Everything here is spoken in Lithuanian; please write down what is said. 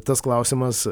tas klausimas